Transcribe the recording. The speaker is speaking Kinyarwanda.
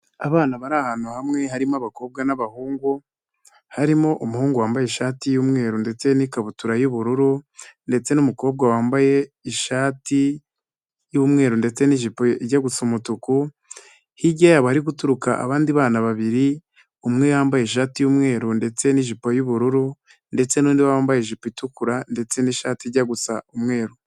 Abana bari ahantu hamwe harimo abakobwa n'abahungu, harimo umuhungu wambaye ishati y'umweru ndetse n'ikabutura y'ubururu ndetse n'umukobwa wambaye ishati y'umweru ndetse n'ijipo ijya gusa umutuku, hirya yabo hari guturuka abandi bana babiri, umwe yambaye ishati y'umweru ndetse n'ijipo y'ubururu ndetse n'undi wambaye ijipo itukura ndetse n'ishati ijya gusa umweru.